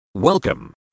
Welcome